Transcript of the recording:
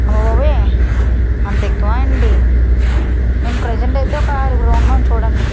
అబ్బో యే అంత ఎక్కువా అండి మేము ప్రసెంట్ అయితే ఒక ఆరుగురం ఉన్నాం చూడండి